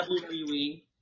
WWE